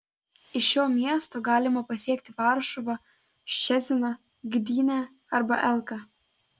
iš šio miesto galima pasiekti varšuvą ščeciną gdynę arba elką